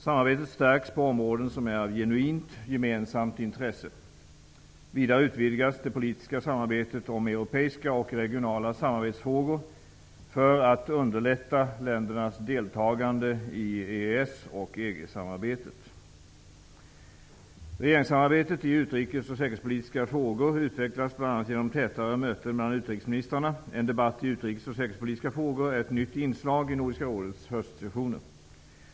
Samarbetet stärks på områden som är av genuint gemensamt intresse. Vidare utvidgas det politiska samarbetet om europeiska och regionala samarbetsfrågor för att underlätta ländernas deltagande i EES och EG-samarbetet. Regeringssamarbetet i utrikes och säkerhetspolitiska frågor utvecklas, bl.a. genom tätare möten mellan utrikesministrarna. En debatt i utrikes och säkerhetspolitiska frågor är ett nytt inslag i Nordiska rådets höstsessioner.